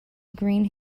green